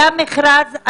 היה מכרז,